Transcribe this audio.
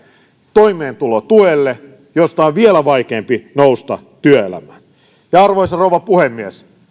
toimeentulotuelle josta on vielä vaikeampi nousta työelämään arvoisa rouva puhemies